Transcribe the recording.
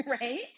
Right